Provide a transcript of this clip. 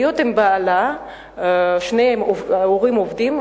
הורים עובדים,